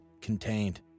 contained